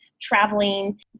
traveling